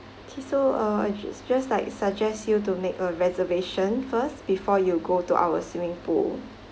okay so uh just just like suggest you to make a reservation first before you go to our swimming pool